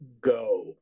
go